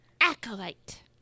Acolyte